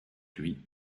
lui